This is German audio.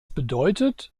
bedeutet